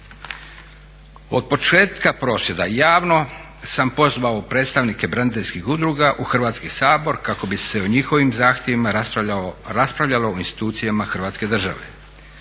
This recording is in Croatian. Od početka prosvjeda javno sam pozvao predstavnike braniteljskih udruga u Hrvatski sabor kako bi se o njihovim zahtjevima raspravljalo u institucijama Hrvatske države.